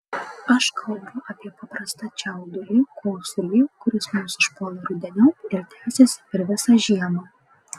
aš kalbu apie paprastą čiaudulį kosulį kuris mus užpuola rudeniop ir tęsiasi per visą žiemą